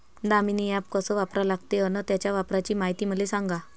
Damini app कस वापरा लागते? अन त्याच्या वापराची मायती मले सांगा